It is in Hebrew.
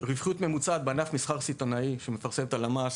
רווחיות ממוצעת בענף מסחר סיטונאי שמפרסמת הלמ"ס,